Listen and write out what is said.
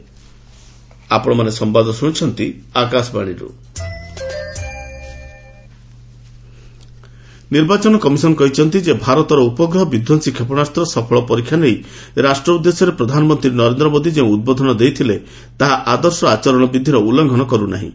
EC PM satellite ନିର୍ବାଚନ କମିଶନ କହିଛନ୍ତି ଯେ ଭାରତର ଉପଗ୍ରହ ବିଧ୍ୱଂସୀ କ୍ଷେପଶାସ୍ତ ସଫଳ ପରୀକ୍ଷା ନେଇ ରାଷ୍ଟ୍ର ଉଦ୍ଦେଶ୍ୟରେ ପ୍ରଧାନମନ୍ତ୍ରୀ ନରେନ୍ଦ୍ର ମୋଦି ଯେଉଁ ଉଦ୍ବୋଧନ ଦେଇଥିଲେ ତାହା ଆଦର୍ଶ ଆଚରଣ ବିଧିର ଉଲ୍ଲ୍ଘେନ କରୁ ନାହିଁ